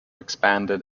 expanded